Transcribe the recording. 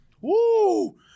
Woo